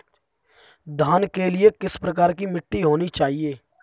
धान के लिए किस प्रकार की मिट्टी होनी चाहिए?